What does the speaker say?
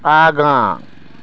आगाँ